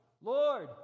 Lord